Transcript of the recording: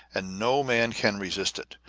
and no man can resist it.